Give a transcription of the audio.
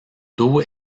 dos